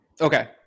Okay